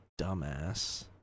dumbass